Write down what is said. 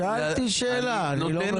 שאלתי שאלה, אני לא מבין.